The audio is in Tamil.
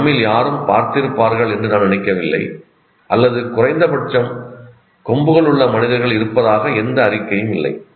இது நம்மில் யாரும் பார்த்திருப்பார்கள் என்று நான் நினைக்கவில்லை அல்லது குறைந்த பட்சம் கொம்புகள் உள்ள மனிதர்கள் இருப்பதாக எந்த அறிக்கையும் இல்லை